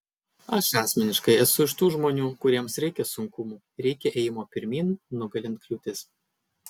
aš asmeniškai esu iš tų žmonių kuriems reikia sunkumų reikia ėjimo pirmyn nugalint kliūtis